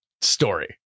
story